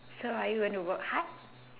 so are you going to work hard